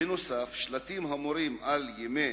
בנוסף, שלטים המורים על ימי